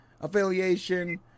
affiliation